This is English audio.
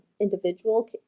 individual